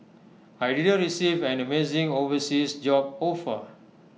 I didn't receive an amazing overseas job offer